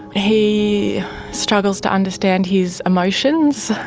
he struggles to understand his emotions